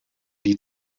die